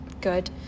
good